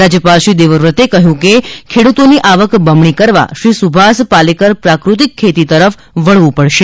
રાજ્યપાલશ્રી દેવવતે કહ્યું કે ખેડૂતોની આવક બમણી કરવા શ્રી સુભાષ પાલેકર પ્રાકૃતિક ખેતી તરફ વળવું પડશે